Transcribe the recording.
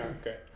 Okay